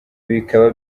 bikaba